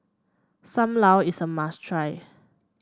Sam Lau is a must try